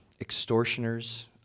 extortioners